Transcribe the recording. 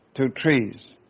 to trees,